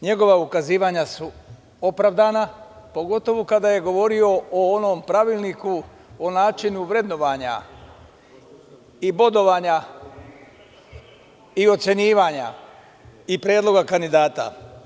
Njegova ukazivanja su opravdana, pogotovo kada je govorio o onom Pravilniku o načinu vrednovanja i bodovanja i ocenjivanja i predloga kandidata.